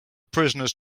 prisoners